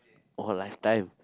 or last time